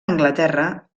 anglaterra